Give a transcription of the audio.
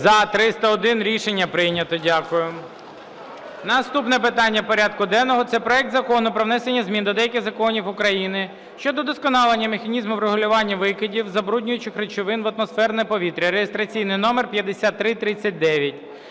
За-301 Рішення прийнято. Дякую. Наступне питання порядку денного, це проект Закону про внесення змін до деяких законів України щодо удосконалення механізму регулювання викидів забруднюючих речовин в атмосферне повітря (реєстраційний номер 5339).